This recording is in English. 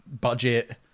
budget